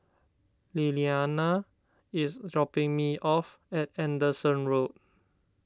Lillianna is dropping me off at Anderson Road